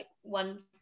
one